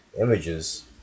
images